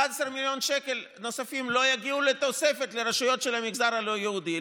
11 מיליון שקל נוספים לא יגיעו כתוספת לרשויות של המגזר הלא-יהודי.